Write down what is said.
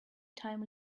time